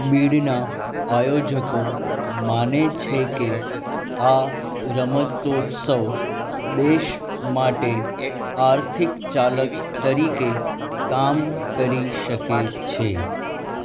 બિડના આયોજકો માને છે કે આ રમતોત્સવ દેશ માટે આર્થિક ચાલક તરીકે કામ કરી શકે છે